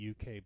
uk